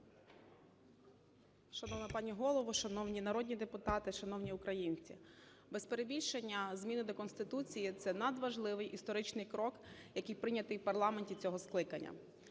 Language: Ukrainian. Шановна пані голово! Шановні народні депутати! Шановні українці! Без перебільшення, зміни до Конституції – це надважливий історичний крок, який прийнятий в парламенті цього скликання.